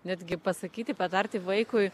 netgi pasakyti patarti vaikui